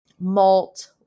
Malt